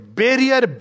barrier